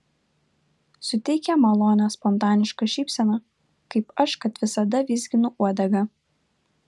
suteik jam malonią spontanišką šypseną kaip aš kad visada vizginu uodegą